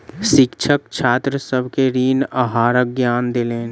शिक्षक छात्र सभ के ऋण आहारक ज्ञान देलैन